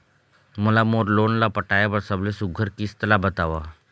मोला मोर लोन ला पटाए बर सबले सुघ्घर किस्त ला बताव?